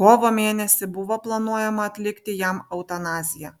kovo mėnesį buvo planuojama atlikti jam eutanaziją